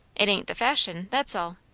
it ain't the fashion that's all.